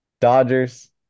Dodgers